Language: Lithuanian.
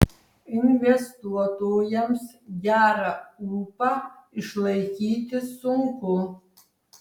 investuotojams gerą ūpą išlaikyti sunku